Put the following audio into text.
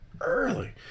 early